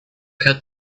cut